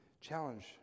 challenge